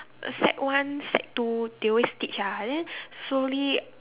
sec one sec two they always teach ah then slowly